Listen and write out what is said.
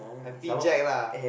happy jack lah